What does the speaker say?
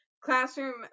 classroom